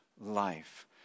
life